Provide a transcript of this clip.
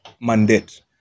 mandate